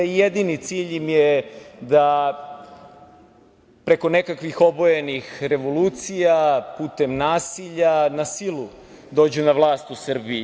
Jedini cilj im je da preko nekakvih obojenih revolucija, putem nasilja, na silu dođu na vlast u Srbiji.